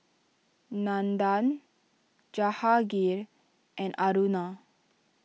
Nandan Jahangir and Aruna